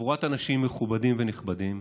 חבורת אנשים מכובדים ונכבדים